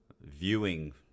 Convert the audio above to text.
Viewing